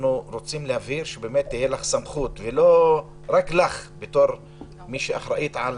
אנחנו רוצים להבהיר שתהיה לך סמכות ורק לך כמי שאחראית על